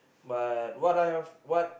but what I've what